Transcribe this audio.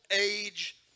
age